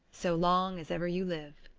so long as ever you live!